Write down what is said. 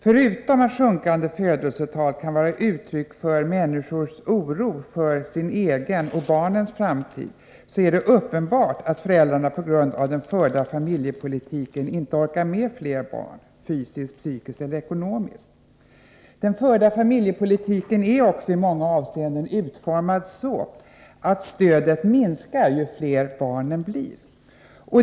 Förutom att sjunkande födelsetal kan vara uttryck för människors oro för sin och barnens framtid är det uppenbart att föräldrar på grund av den förda familjepolitiken inte orkar med fler barn, fysiskt, psykiskt eller ekonomiskt. Den förda familjepolitiken är också i många avseenden så utformad att stödet minskar ju fler barnen blir.